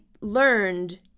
learned